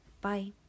bye